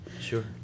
Sure